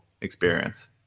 experience